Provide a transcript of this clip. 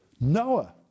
Noah